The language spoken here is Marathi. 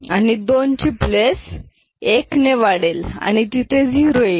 आणि 2 ची प्लेस 1 ने वाढेल आणि तिथे 0 येईल